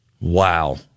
Wow